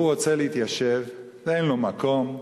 הוא רוצה להתיישב ואין לו מקום.